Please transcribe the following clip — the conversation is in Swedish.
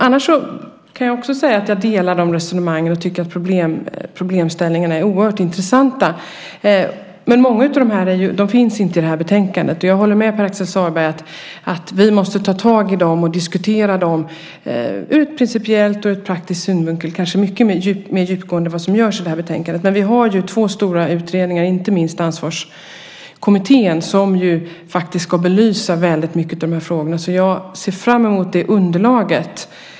Annars kan jag också säga att jag delar de här resonemangen och tycker att problemställningarna är oerhört intressanta, men de finns inte i det här betänkandet. Jag håller med Pär Axel Sahlberg om att vi kanske måste ta tag i dem och diskutera dem principiellt och ur praktisk synvinkel mycket mer djupgående än vad som görs i det här betänkandet. Men vi har två stora utredningar, inte minst Ansvarskommittén, som faktiskt ska belysa väldigt mycket av de här frågorna. Jag ser fram emot det underlaget.